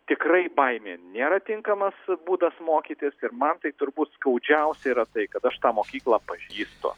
tikrai baimė nėra tinkamas būdas mokytis ir man tai turbūt skaudžiausia yra tai kad aš tą mokyklą pažįstu